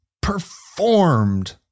performed